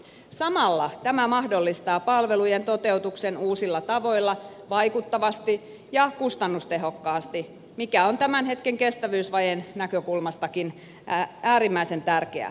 samalla tämä mahdollistaa palvelujen toteutuksen uusilla tavoilla vaikuttavasti ja kustannustehokkaasti mikä on tämän hetken kestävyysvajeen näkökulmastakin äärimmäisen tärkeä asia